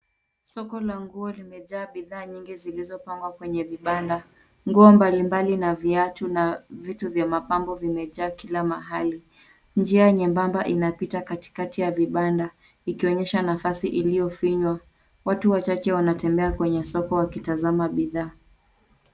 Soko la nguo limejaa bidhaa nyingi zilizopangwa kwenye vibanda. Nguo mbalimbali na viatu na vitu vya mapambo vimejaa kila mahali. Njia nyembamba inapita katikati ya vibanda, ikionyesha nafasi iliyofinywa. Watu wachache wanatembea kwenye soko wakitazama bidhaa.